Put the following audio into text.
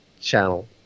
channel